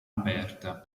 aperta